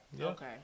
Okay